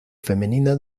femenina